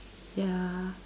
yeah